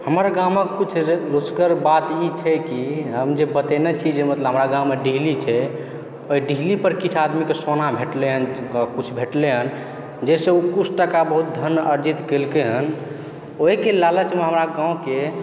हमर गामके किछु रोचकर बात ई छै कि हम जे बतेने छी जे मतलब हमरा गाममे ढीली छै ओहि ढीलीपर किछु आदमीके सोना भेटलै किछु भेटलै हँ जाहिसँ ओ किछु टाका बहुत धन अर्जित कयलखिन हँ ओहिके लालचमे हमरा गाँवके